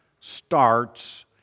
starts